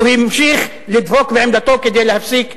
והוא המשיך לדבוק בעמדתו כדי להפסיק,